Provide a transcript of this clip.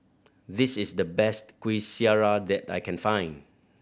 this is the best Kuih Syara that I can find